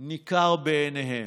ניכר בעיניהם.